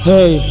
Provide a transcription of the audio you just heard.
Hey